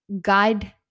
guide